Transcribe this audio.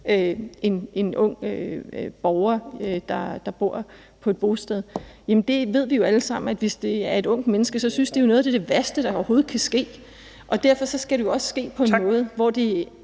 en ung borger, der bor på et bosted. Der ved vi jo alle sammen, at hvis det er et ungt menneske, synes de at deter noget af det værste, der overhovedet kan ske, og derfor skal det jo også ske på en måde, hvor det